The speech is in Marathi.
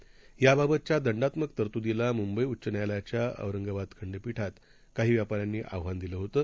साठा याबाबतच्यादंडात्मकतरतुदीलामुंबईउच्चन्यायालयाच्याऔरंगाबादखंडपीठातकाहीव्यापाऱ्यांनीआव्हानदिलंहोतं